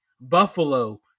Buffalo